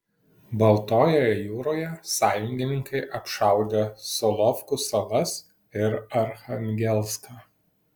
baltojoje jūroje sąjungininkai apšaudė solovkų salas ir archangelską